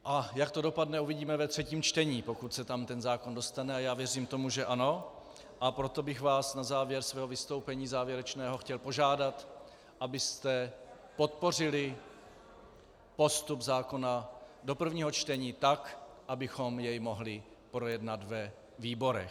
A jak to dopadne, uvidíme ve třetím čtení, pokud se tam ten zákon dostane, a já věřím tomu, že ano, a proto bych vás na závěr svého závěrečného vystoupení chtěl požádat, abyste podpořili postup zákona do prvního (?) čtení tak, abychom jej mohli projednat ve výborech.